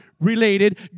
related